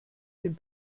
den